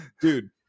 Dude